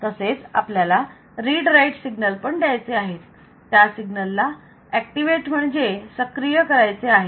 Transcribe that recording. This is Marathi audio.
तसेच आपल्याला रीड राईट सिग्नल पण द्यायचे आहेत त्या सिग्नलला ऍक्टिव्हेट म्हणजे सक्रिय करायचे आहे